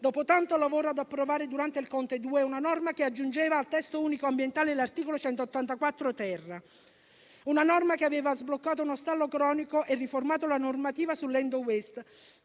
dopo tanto lavoro, ad approvare durante il Governo Conte II: una norma che aggiungeva al testo unico ambientale l'articolo 184-*ter*; una norma che aveva sbloccato uno stallo cronico e riformato la normativa sull'*end